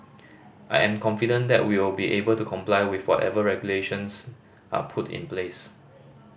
I am confident that we'll be able to comply with whatever regulations are put in place